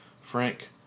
Frank